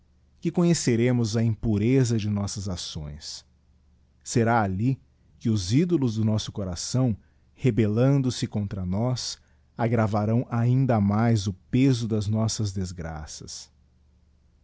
que conheceremos a impureza de nossas acções será alll que os ídolos do nosso coração rebellando se contra nós aggravarão ainda mais o peso das nossas desgraças